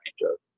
range